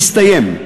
הסתיים.